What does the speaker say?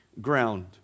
ground